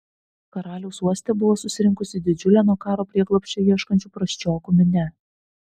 karaliaus uoste buvo susirinkusi didžiulė nuo karo prieglobsčio ieškančių prasčiokų minia